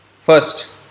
first